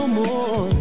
more